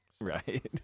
Right